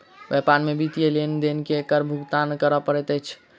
व्यापार में वित्तीय लेन देन पर कर भुगतान करअ पड़ैत अछि